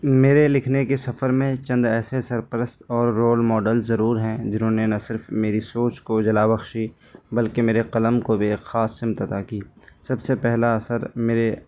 میرے لکھنے کے سفر میں چند ایسے سرپرست اور رول ماڈل ضرور ہیں جنہوں نے نہ صرف میری سوچ کو جلا بخشی بلکہ میرے قلم کو بھی ایک خاص سمت عطا کی سب سے پہلا اثر میرے